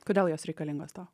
kodėl jos reikalingos tau